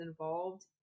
involved